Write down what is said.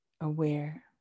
aware